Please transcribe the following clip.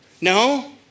No